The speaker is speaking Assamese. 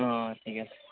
অঁ ঠিক আছে